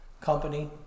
company